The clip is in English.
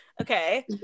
Okay